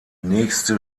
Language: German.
nächste